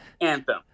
anthem